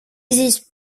existe